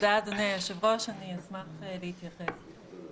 אדוני היושב-ראש, אשמח להתייחס.